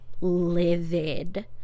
livid